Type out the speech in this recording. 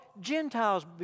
Gentiles